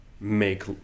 make